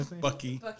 Bucky